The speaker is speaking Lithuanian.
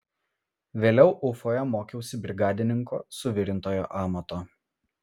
vėliau ufoje mokiausi brigadininko suvirintojo amato